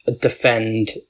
defend